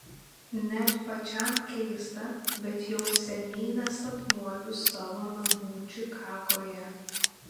net pačiam keista bet jau seniai nesapnuoju savo namų čikagoje